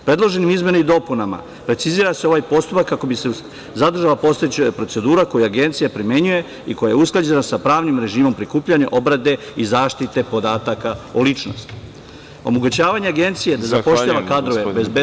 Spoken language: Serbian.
Predloženim izmenama i dopunama precizira se ovaj postupak kako bi se zadržala postojeća procedura koju Agencija primenjuje i koja je usklađena sa pravnim režimom prikupljanja, obrade i zaštite podataka o ličnosti. (Predsedavajući: Zahvaljujem, gospodine Bečiću.) Završavam ovom rečenicom.